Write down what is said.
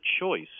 choice